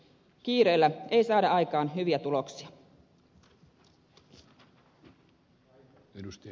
kiireellä ei saada aikaan hyviä tuloksia